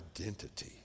identity